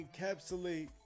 encapsulate